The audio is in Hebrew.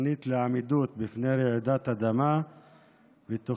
(תוכנית לעמידות בפני רעידת אדמה ותוכנית